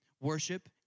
Worship